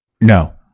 No